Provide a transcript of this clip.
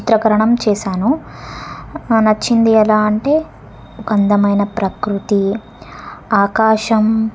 చిత్రీకరణ చేశాను ఆ నచ్చింది ఎలా అంటే ఒక అందమైన ప్రకృతి ఆకాశం